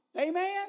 Amen